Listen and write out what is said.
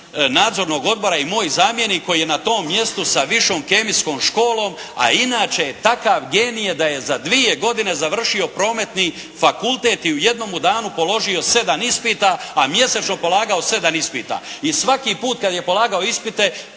nadzornog odbora i moj zamjenik koji je na tom mjestu sa višom kemijskom školom a inače je takav genije da je za dvije godine završio prometni fakultet a u jednome danu položio 7 ispita a mjesečno polagao 7 ispita. I svaki put kada je polagao ispite,